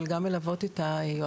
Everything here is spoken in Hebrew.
אבל גם מלוות את היועצות.